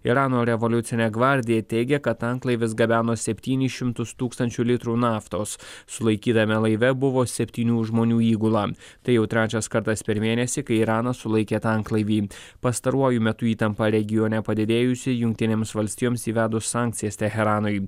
irano revoliucinė gvardija teigia kad tanklaivis gabeno septynis šimtus tūkstančių litrų naftos sulaikytame laive buvo septynių žmonių įgula tai jau trečias kartas per mėnesį kai iranas sulaikė tanklaivį pastaruoju metu įtampą regione padidėjusi jungtinėms valstijoms įvedus sankcijas teheranui